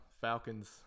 Falcons